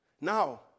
Now